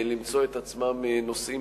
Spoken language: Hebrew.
למצוא את עצמם נושאים